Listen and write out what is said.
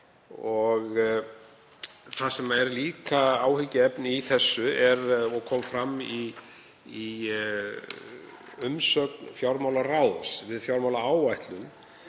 Það sem er líka áhyggjuefni í þessu og kom fram í umsögn fjármálaráðs við fjármálaáætlun